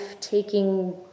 taking